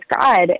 God